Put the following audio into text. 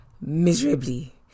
miserably